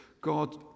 God